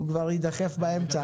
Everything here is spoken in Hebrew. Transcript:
הוא כבר יידחף באמצע.